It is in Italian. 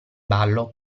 ballo